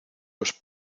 los